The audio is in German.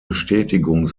bestätigung